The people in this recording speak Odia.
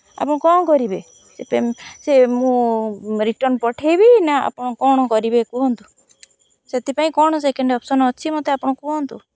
ଆପଣ କ'ଣ କରିବେ ସେ ସେ ମୁଁ ରିଟର୍ନ୍ ପଠାଇବି ନା ଆପଣ କ'ଣ କରିବେ କୁହନ୍ତୁ ସେଥିପାଇଁ କ'ଣ ସେକେଣ୍ଡ୍ ଅପ୍ସନ୍ ଅଛି ମୋତେ ଆପଣ କୁହନ୍ତୁ